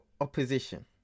opposition